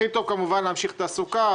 הכי טוב כמובן להמשיך תעסוקה,